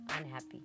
unhappy